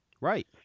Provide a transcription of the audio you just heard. Right